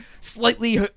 slightly